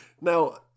Now